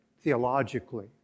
theologically